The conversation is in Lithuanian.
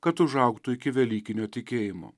kad užaugtų iki velykinio tikėjimo